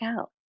out